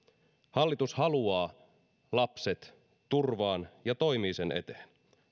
hallitus haluaa lapset turvaan ja toimii sen eteen